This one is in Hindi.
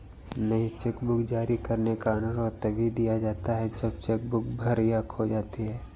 नई चेकबुक जारी करने का अनुरोध तभी किया जाता है जब चेक बुक भर या खो जाती है